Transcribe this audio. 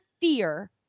fear